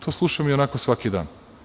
To slušam ionako svaki dan.